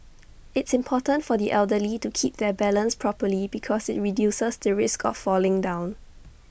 it's important for the elderly to keep their balance properly because IT reduces the risk of falling down